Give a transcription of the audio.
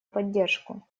поддержку